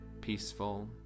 peaceful